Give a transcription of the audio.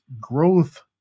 growth